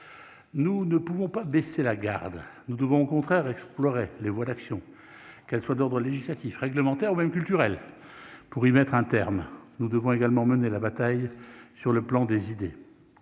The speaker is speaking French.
nous ne pouvons pas baisser la garde, nous devons au contraire explorer les voies d'action qu'elle soit d'ordre législatif réglementaire même culturel, pour y mettre un terme, nous devons également mener la bataille sur le plan des idées,